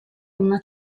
una